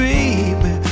Baby